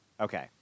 Okay